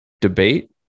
debate